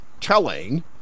telling